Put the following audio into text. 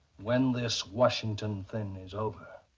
when this washington thing is over.